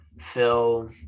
Phil